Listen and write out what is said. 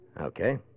Okay